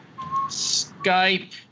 Skype